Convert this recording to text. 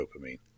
dopamine